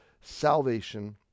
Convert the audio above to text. salvation